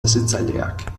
hezitzaileak